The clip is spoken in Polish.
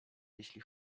jeśli